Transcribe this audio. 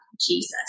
Jesus